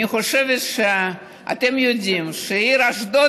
אני חושבת שאתם יודעים שהעיר אשדוד